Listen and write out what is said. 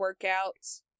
workouts